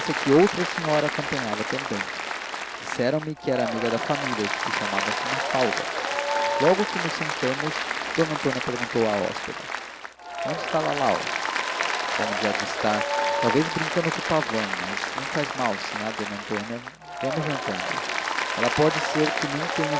que outra senhora a acompanhava também disseram-me que era amiga da família e chamava-se mafalda logo que nos sentamos d antônia perguntou à hóspeda onde está lalau onde há de estar talvez brincando com o pavão mas não faz mal sinhá d antônia vamos jantando ela pode ser que nem tenha